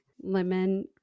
lemon